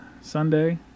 Sunday